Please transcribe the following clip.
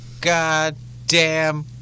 goddamn